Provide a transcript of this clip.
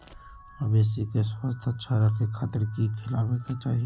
मवेसी के स्वास्थ्य अच्छा रखे खातिर की खिलावे के चाही?